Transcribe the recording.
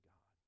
God